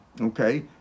Okay